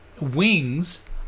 wings